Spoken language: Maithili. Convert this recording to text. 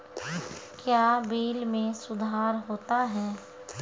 क्या बिल मे सुधार होता हैं?